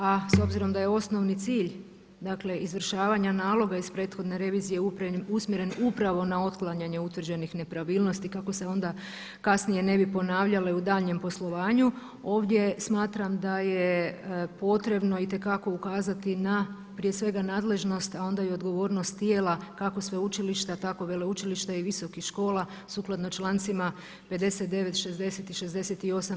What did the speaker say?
A s obzirom da je osnovni cilj izvršavanja naloga iz prethodne revizije usmjeren upravo na otklanjanje utvrđenih nepravilnosti kako se onda kasnije ne bi ponavljale u daljnjem poslovanju, ovdje smatram da je potrebno itekako ukazati na prije svega nadležnost, a onda i odgovornost tijela kako sveučilišta tako i veleučilišta i visokih škola sukladno člancima 59., 60. i 68.